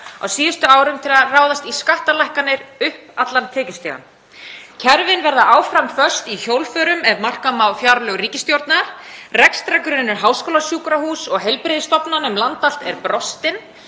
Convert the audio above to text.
á síðustu árum til að ráðast í skattalækkanir upp allan tekjustigann. Kerfin verða áfram föst í hjólförum ef marka má fjárlög ríkisstjórnar, rekstrargrunnur háskólasjúkrahúss og heilbrigðisstofnana um land allt er brostinn.